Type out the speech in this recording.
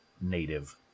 native